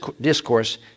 discourse